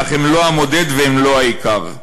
/ אך הן לא המודד ולא הן העיקר.